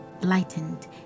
lightened